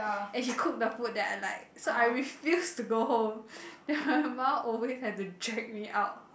and she cook the food that I like so I refuse to go home then my mum always have to drag me out